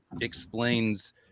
explains